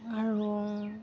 আৰু